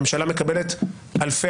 ממשלה מקבלת אלפי